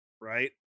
right